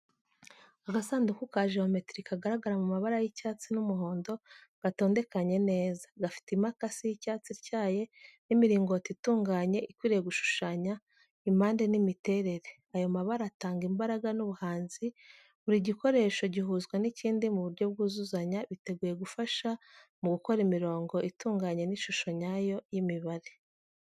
Agasanduku ka geometiri kagaragara mu mabara y’icyatsi n’umuhondo, gatondekanye neza. Gafite imakasi y’icyatsi ityaye n’imiringoti itunganye, ikwiriye gushushanya impande n’imiterere. Ayo mabara atanga imbaraga n’ubuhanzi. Buri gikoresho gihuzwa n’ikindi mu buryo bwuzuzanya, biteguye gufasha mu gukora imirongo itunganye n’ishusho nyayo y'imibare.